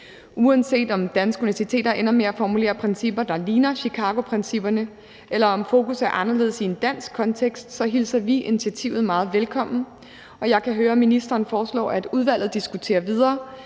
Uanset om danske universiteter ender med at formulere principper, der ligner Chicagoprincipperne, eller om fokus er anderledes i en dansk kontekst, hilser vi initiativet meget velkommen. Og jeg kan høre, at ministeren foreslår, at udvalget diskuterer videre.